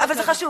אבל זה חשוב.